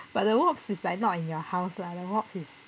but the wasp is like not in your house lah the wasp is